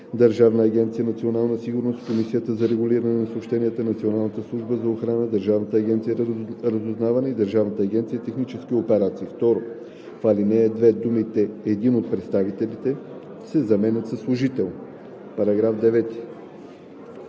Държавна агенция „Национална сигурност“, Комисията за регулиране на съобщенията, Националната служба за охрана, Държавна агенция „Разузнаване“ и Държавна агенция „Технически операции“.“ 2. В ал. 2 думите „един от представителите“ се заменят със „служител“.